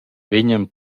vegnan